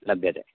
लभ्यते